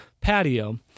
patio